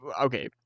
okay